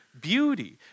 beauty